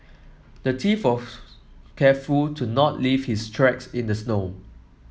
the thief was careful to not leave his tracks in the snow